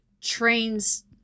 trains